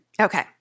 Okay